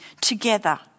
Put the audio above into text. Together